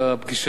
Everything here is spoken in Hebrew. די טובה,